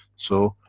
so,